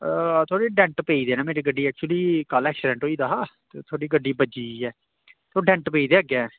थोह्ड़े डैंट पेई दे न मेरी गड्डी ऐकचुली कल ऐक्सिडैंट होई दा हा ते थोह्ड़ी गड्डी बज्जी दी ऐ ते ओह् डैंट पेई दे अग्गें